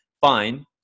Fine